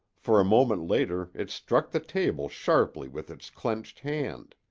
for a moment later it struck the table sharply with its clenched hand.